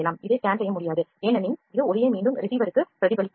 இதை ஸ்கேன் செய்ய முடியாது ஏனெனில் இது ஒளியை மீண்டும் receiverக்கு பிரதிபலிக்காது